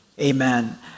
Amen